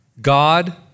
God